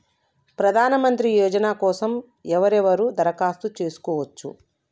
ప్రధానమంత్రి యోజన కోసం ఎవరెవరు దరఖాస్తు చేసుకోవచ్చు?